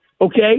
Okay